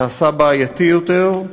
נעשה בעייתי יותר,